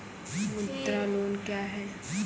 मुद्रा लोन क्या हैं?